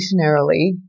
Evolutionarily